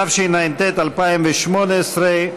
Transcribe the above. התשע"ט 2018,